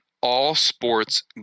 all-sports